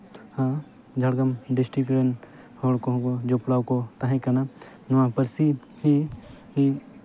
ᱟᱨ Jhargram district ᱨᱮᱱ ᱦᱚᱲ ᱠᱚ ᱡᱚᱯᱲᱟᱣ ᱠᱚ ᱛᱟᱦᱮᱸ ᱠᱟᱱᱟ ᱱᱚᱣᱟ ᱯᱟᱹᱨᱥᱤ ᱨᱮ ᱤᱧ